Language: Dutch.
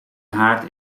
haard